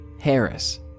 Harris